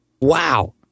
wow